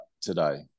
today